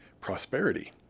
prosperity